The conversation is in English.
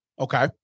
Okay